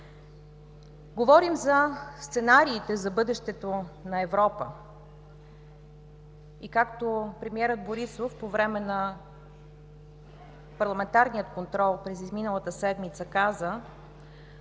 Говорим за сценариите за бъдещето на Европа и както премиерът Борисов по време на парламентарния контрол през изминалата седмица каза: